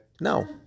no